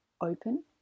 open